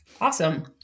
awesome